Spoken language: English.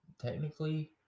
technically